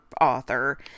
author